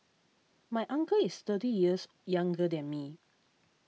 my uncle is thirty years younger than me